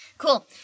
Cool